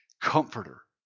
comforter